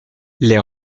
les